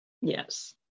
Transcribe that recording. yes